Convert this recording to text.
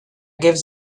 gives